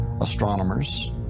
astronomers